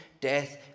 death